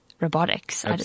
Robotics